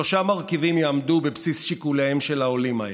שלושה מרכיבים יעמדו בבסיס שיקוליהם של העולים האלה: